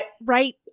Right